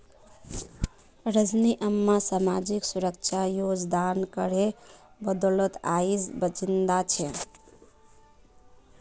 रजनी अम्मा सामाजिक सुरक्षा योगदान करेर बदौलत आइज जिंदा छ